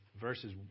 verses